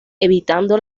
evitando